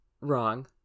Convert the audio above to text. wrong